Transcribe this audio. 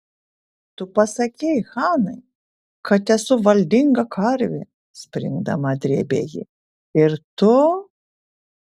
tu pasakei hanai kad esu valdinga karvė springdama drėbė ji ir tu